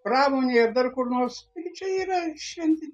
pramonėj ar dar kur nors taigi čia yra šventi